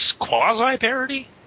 quasi-parody